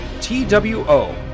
T-W-O